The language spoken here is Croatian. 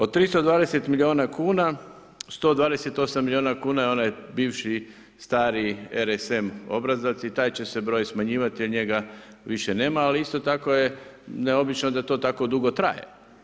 Od 320 milijuna kuna 128 milijuna kuna je onaj bivši stari RSM obrazac i taj će se broj smanjivati jel njega više nema, ali isto tako je neobično da to tako dugo traje.